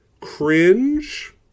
cringe